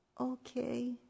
okay